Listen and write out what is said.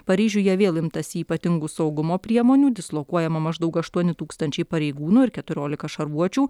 paryžiuje vėl imtasi ypatingų saugumo priemonių dislokuojama maždaug aštuoni tūkstančiai pareigūnų ir keturiolika šarvuočių